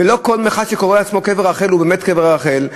ולא כל אחד שקורא לעצמו "קבר רחל" הוא באמת קבר רחל,